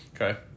Okay